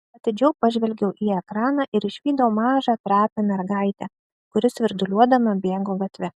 atidžiau pažvelgiau į ekraną ir išvydau mažą trapią mergaitę kuri svirduliuodama bėgo gatve